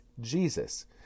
Jesus